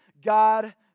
God